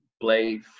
play